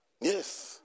Yes